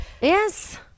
yes